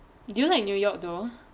do you like new york though